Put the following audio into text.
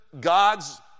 God's